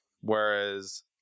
whereas